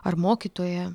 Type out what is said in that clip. ar mokytoja